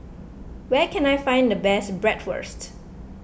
where can I find the best Bratwurst